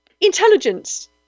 intelligence